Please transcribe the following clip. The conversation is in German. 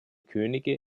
könige